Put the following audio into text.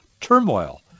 turmoil